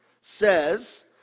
says